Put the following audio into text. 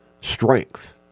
strength